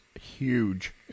huge